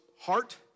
heart